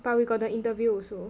but we got the interview also